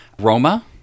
roma